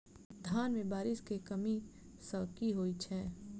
धान मे बारिश केँ कमी सँ की होइ छै?